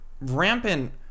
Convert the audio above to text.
rampant